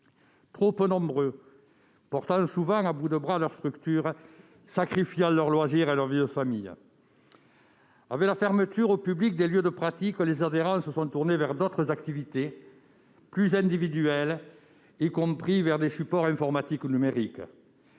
trop peu nombreux, portant souvent à bout de bras leur structure, sacrifiant leurs loisirs et leur vie de famille. Avec la fermeture au public des lieux de pratique, les adhérents se sont tournés vers d'autres activités plus individuelles, y compris vers des supports informatiques ou numériques.